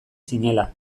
zinela